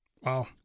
Wow